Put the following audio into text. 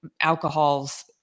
alcohols